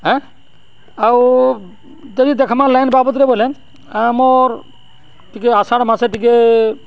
ଏଁ ଆଉ ଯଦି ଦେଖ୍ମା ଲାଇନ୍ ବାବଦ୍ରେ ବଏଲେ ଆମର୍ ଟିକେ ଆଷାଢ଼୍ ମାସେ ଟିକେ